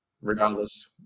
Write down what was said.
regardless